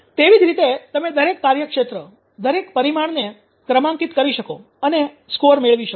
તેવી જ રીતે તમે દરેક કાર્યક્ષેત્ર દરેક પરિમાણને ક્રમાંકિત કરી શકો અને સ્કોર મેળવી શકો